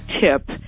tip